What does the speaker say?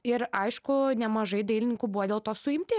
ir aišku nemažai dailininkų buvo dėl to suimti